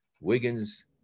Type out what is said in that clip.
Wiggins